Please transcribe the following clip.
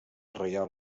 reial